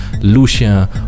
Lucia